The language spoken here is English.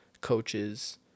coaches